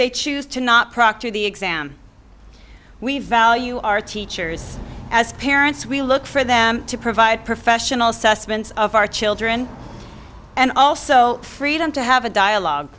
they choose to not proctor the exam we value our teachers as parents we look for them to provide professional assessments of our children and also freedom to have a dialogue